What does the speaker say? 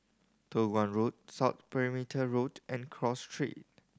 Toh Guan Road South Perimeter Road and Cross Street